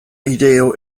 ideo